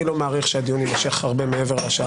אני לא מעריך שהדיון יימשך הרבה מעבר לשעה